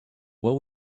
what